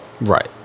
Right